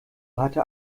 hatte